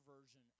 version